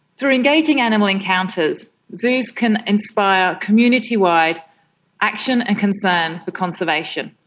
through engaging animal encounters, zoos can inspire community-wide action and concern for conservation.